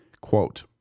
Quote